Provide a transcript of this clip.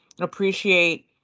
appreciate